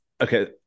okay